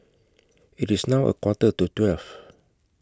IT IS now A Quarter to twelve